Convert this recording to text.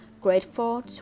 grateful